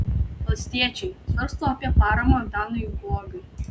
valstiečiai svarsto apie paramą antanui guogai